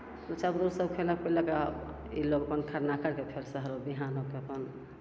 बच्चा बुतरु सभ खएलक पिलक आओर ई लोक अपन खरना करिके फेर सहल बिहान होके अपन